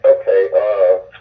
Okay